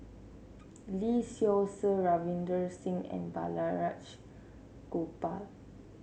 Lee Seow Ser Ravinder Singh and Balraj Gopal